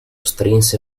strinse